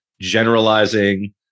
generalizing